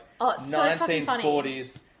1940s